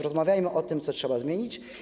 Rozmawiajmy o tym, co trzeba zmienić.